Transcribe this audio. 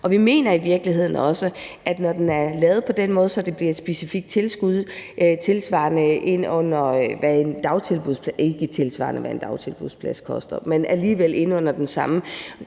Vi mener i virkeligheden også, at når den er lavet på den måde, så det bliver et specifikt tilskud, ikke tilsvarende hvad en dagtilbudsplads koster,